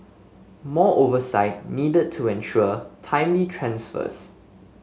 more oversight needed to ensure timely transfers